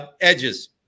edges